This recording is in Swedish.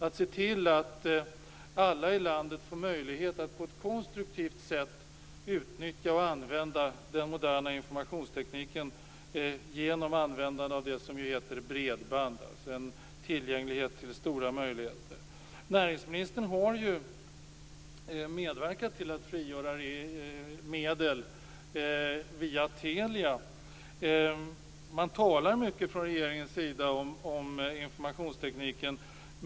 Alla i landet skall få möjlighet att på ett konstruktivt sätt utnyttja och använda den moderna informationstekniken med hjälp av bredband. Det handlar om en tillgänglighet som kan ge stora möjligheter. Näringsministern har medverkat till att frigöra medel via Telia. Regeringen talar mycket om informationstekniken.